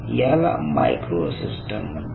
याला micro system म्हणतात